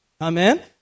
Amen